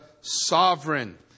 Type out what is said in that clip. Sovereign